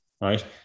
Right